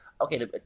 Okay